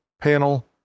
panel